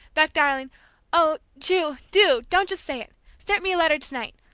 beck, darling oh, ju, do! don't just say it start me a letter to-night!